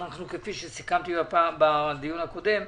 כפי שסיכמתי בדיון הקודם,